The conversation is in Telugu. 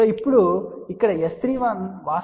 ఇప్పుడు ఇక్కడ S31 వాస్తవానికి మైనస్ 9